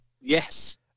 Yes